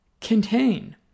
contain